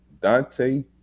Dante